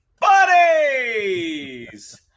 Buddies